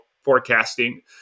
forecasting